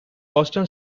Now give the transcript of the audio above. boston